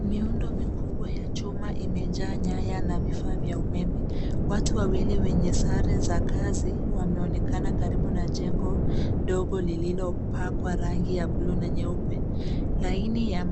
Miundo mikubwa ya chuma imejaa nyaya na vifaa vya umeme. Watu wawili wenye sare za kazi wanaonekana karibu na jengo dogo lililopakwa rangi ya buluu na nyeupe. Laini ya